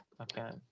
Okay